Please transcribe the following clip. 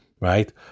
Right